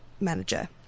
manager